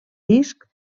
disc